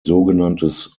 sogenanntes